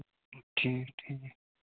ٹھیٖک ٹھیٖک